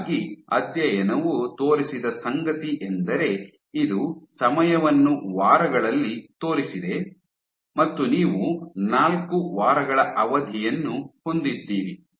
ಹೀಗಾಗಿ ಅಧ್ಯಯನವು ತೋರಿಸಿದ ಸಂಗತಿಯೆಂದರೆ ಇದು ಸಮಯವನ್ನು ವಾರಗಳಲ್ಲಿ ತೋರಿಸಿದೆ ಮತ್ತು ನೀವು ನಾಲ್ಕು ವಾರಗಳ ಅವಧಿಯನ್ನು ಹೊಂದಿದ್ದೀರಿ